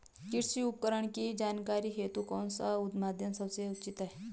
कृषि उपकरण की जानकारी हेतु कौन सा माध्यम सबसे उचित है?